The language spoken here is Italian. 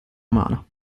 umana